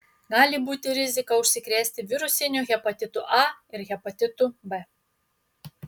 gali būti rizika užsikrėsti virusiniu hepatitu a ir hepatitu b